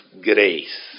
grace